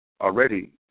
already